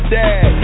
dad